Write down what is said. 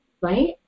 Right